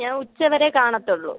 ഞാൻ ഉച്ച വരയേ കാണത്തുള്ളു